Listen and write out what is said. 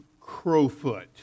Crowfoot